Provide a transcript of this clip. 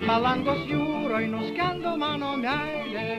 palangos jūroj nuskendo mano meilė